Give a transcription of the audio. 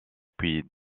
puis